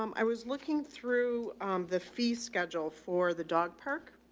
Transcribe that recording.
um i was looking through the fee schedule for the dog park.